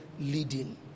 leading